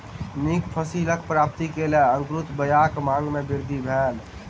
नीक फसिलक प्राप्ति के लेल अंकुरित बीयाक मांग में वृद्धि भेल